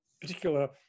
particular